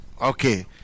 Okay